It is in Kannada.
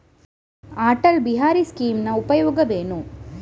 ಅಟಲ್ ಬಿಹಾರಿ ಸ್ಕೀಮಿನ ಉಪಯೋಗವೇನು?